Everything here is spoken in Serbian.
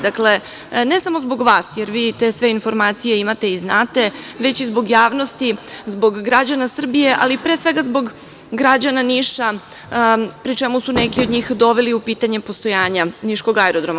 Dakle, ne samo zbog vas, jer vi te sve informacije imate i znate, već i zbog javnosti, zbog građana Srbije, ali pre svega zbog građana Niša, pri čemu su neki od njih doveli u pitanje postojanje niškog aerodroma.